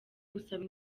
gusaba